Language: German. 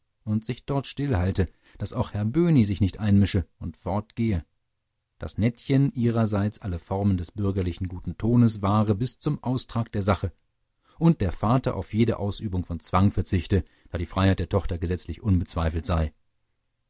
und sich dort still halte daß auch herr böhni sich nicht einmische und fortgehe daß nettchen ihrerseits alle formen des bürgerlichen guten tones wahre bis zum austrag der sache und der vater auf jede ausübung von zwang verzichte da die freiheit der tochter gesetzlich unbezweifelt sei